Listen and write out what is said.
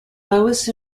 lowest